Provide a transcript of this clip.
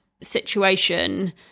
situation